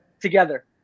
together